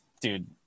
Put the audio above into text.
dude